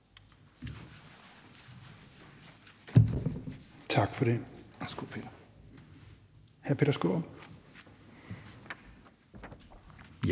Tak for det.